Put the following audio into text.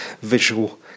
visual